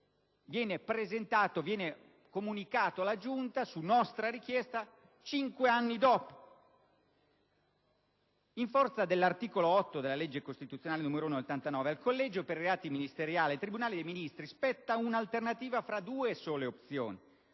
quale è stato comunicato alla Giunta - su nostra richiesta - dopo cinque anni. In forza dell'articolo 8 della legge costituzionale n. 1 del 1989, al Collegio per i reati ministeriali, il tribunale dei ministri, spetta un'alternativa tra due sole opzioni: